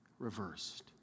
reversed